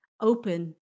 open